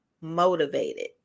motivated